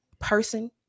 person